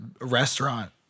restaurant